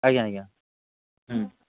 ଆଜ୍ଞା ଆଜ୍ଞା